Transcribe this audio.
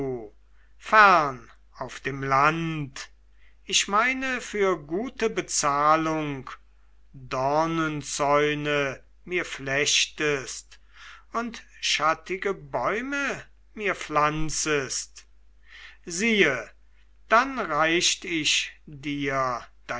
fern auf dem land ich meine für gute bezahlung dornenzäune mir flechtest und schattige bäume mir pflanzest siehe dann reicht ich dir